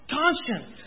conscience